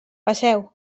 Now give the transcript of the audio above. passeu